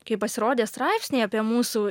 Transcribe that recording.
kai pasirodė straipsniai apie mūsų